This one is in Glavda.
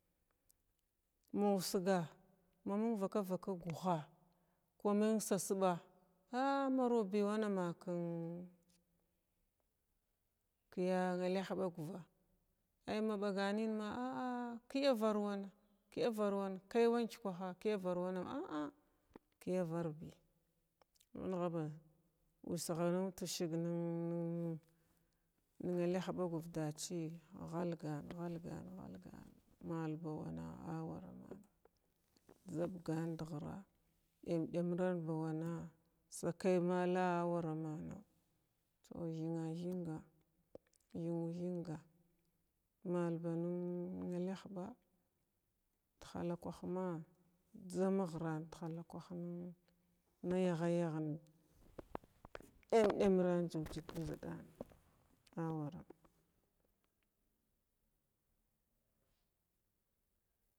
Musgaa məng vakwa vakwa guhaa ku məng sasəɓɓa a maraubi wan ma kən kiya nlahɓaguva ay wa ɓagan nənma a a kəyavar bi nəga ba wəsgharan wəsg nən nən nənalahɓa guv dachi ghalgan, ghalgan ghalgan md wana a waram zəbgam d-ghira ɗam ɗamiran ba wanna sakay mala awara mana tow thing-thinga thiwu-thinga ma ba nən ntakɓa t-halakwah ma jzama ghiran t-halakwah nən nayagha-yaghən ɗau-ɗanram jujəg ka jzɗan awaram.